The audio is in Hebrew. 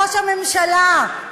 ראש הממשלה,